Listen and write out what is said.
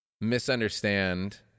misunderstand